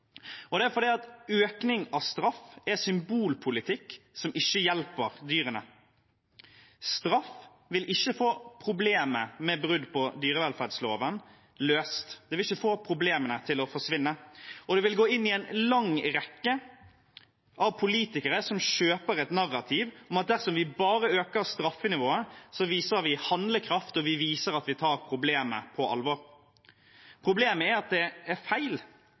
Det er fordi økning av straff er symbolpolitikk som ikke hjelper dyrene. Straff vil ikke løse problemet med brudd på dyrevelferdsloven, det vil ikke få problemene til å forsvinne. Og det vil gå inn i en lang rekke av politikere som kjøper et narrativ om at dersom vi bare øker straffenivået, så viser vi handlekraft og viser at vi tar problemet på alvor. Problemet er at det er feil,